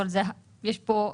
אבל זה יש פה,